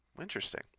Interesting